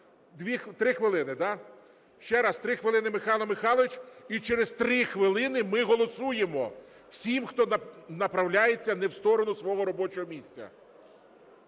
Три хвилини, да? Ще раз, три хвилини Михайло Михайлович. І через три хвилини ми голосуємо, всім, хто направляється не в сторону свого робочого місця.